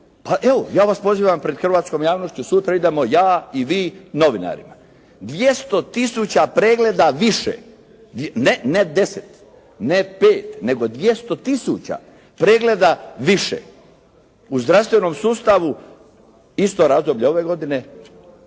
pa evo ja vas pozivam pred hrvatskom javnošću sutra idemo ja i vi novinarima. 200 tisuća pregleda više, ne 10, ne 5 nego 200 tisuća pregleda više u zdravstvenom sustavu isto razdoblje ove godine